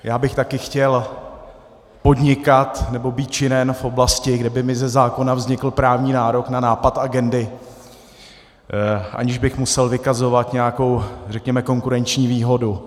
Chtěl bych taky podnikat nebo být činen v oblasti, kde by mi ze zákona vznikl právní nárok na nápad agendy, aniž bych musel vykazovat nějakou, řekněme, konkurenční výhodu.